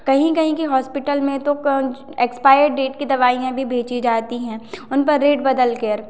कहीं कहीं के हॉस्पिटल में तो कुछ एक्सपायरी डेट की दवाइयाँ भी बेची जाती हैं उन पर डेट बदलकर